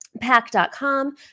pack.com